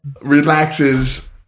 relaxes